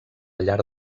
llar